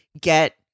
get